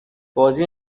بازی